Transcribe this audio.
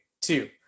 two